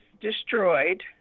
destroyed